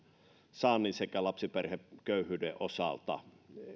sekä lapsiperheköyhyyden osalta